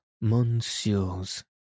monsieurs